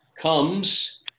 comes